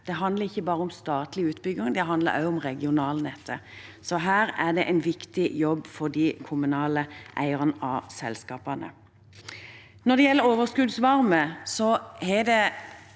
Det handler ikke bare om statlig utbygging – det handler også om regionalnettet. Her er det en viktig jobb for de kommunale eierne av selskapene. Når det gjelder overskuddsvarme, opplever